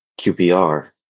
QPR